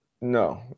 No